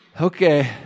okay